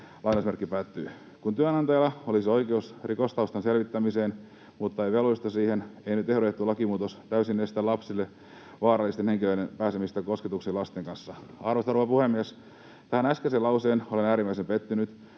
työnantajille”. Kun työnantajalla olisi oikeus rikostaustan selvittämiseen mutta ei velvollisuutta siihen, ei nyt ehdotettu lakimuutos täysin estä lapsille vaarallisten henkilöiden pääsemistä kosketuksiin lasten kanssa. Arvoisa rouva puhemies! Tähän äskeiseen lauseeseen olen äärimmäisen pettynyt,